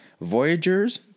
Voyagers